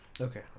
Okay